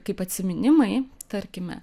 kaip atsiminimai tarkime